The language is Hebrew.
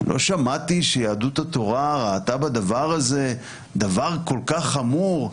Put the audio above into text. לא שמעתי שיהדות התורה ראתה בדבר הזה דבר כל כך חמור.